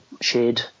shade